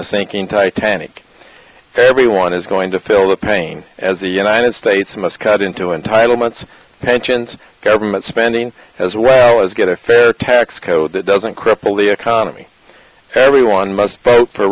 the sinking titanic everyone is going to fill a pain as the united states must cut into entitlements mentions government spending as well as get a fair tax code that doesn't cripple the economy everyone must vote